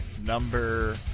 number